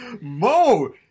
Mo